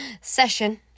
Session